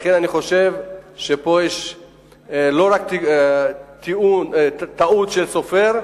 לכן אני חושב שיש פה לא רק טעות סופר,